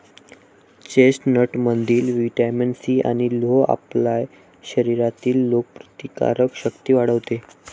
चेस्टनटमधील vitamin C आणि लोह आपल्या शरीरातील रोगप्रतिकारक शक्ती वाढवते